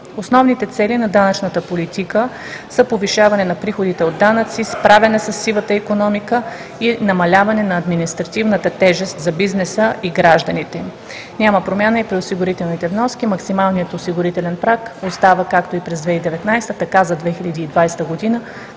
Основните цели на данъчната политика са повишаване на приходите от данъци, справяне със сивата икономика и намаляване на административната тежест за бизнеса и гражданите ни. Няма промяна и при осигурителните вноски, максималният осигурителен праг остава както и през 2019 г., така и за 2020 г.